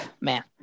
man